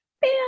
bam